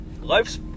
Life's